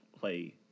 play